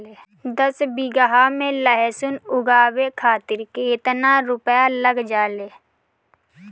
दस बीघा में लहसुन उगावे खातिर केतना रुपया लग जाले?